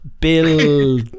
Bill